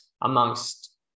amongst